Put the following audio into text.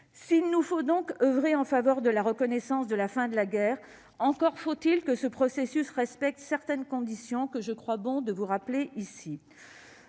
S'il nous faut donc oeuvrer en faveur de la reconnaissance de la fin de la guerre de Corée, encore faut-il que ce processus respecte certaines conditions, que je crois bon de rappeler ici.